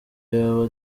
yaba